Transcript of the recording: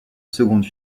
seconde